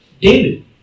David